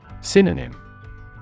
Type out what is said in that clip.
Synonym